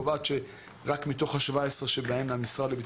אני מזכיר שהתוכנית הזאת כחלק מהאבולוציה שלה,